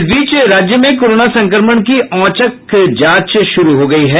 इस बीच राज्य में कोरोना संक्रमण की औचक जांच शुरू हो गई है